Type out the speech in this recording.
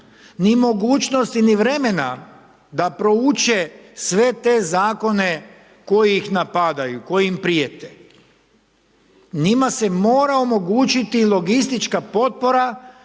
ni mogućnosti ni vremena da prouče sve te zakone koji ih napadaju, koji im prijete. Njima se mora omogućiti logistička potpora